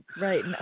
Right